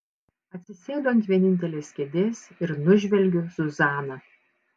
atsisėdu ant vienintelės kėdės ir nužvelgiu zuzaną